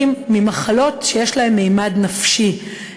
ממחלות שיש להן ממד נפשי,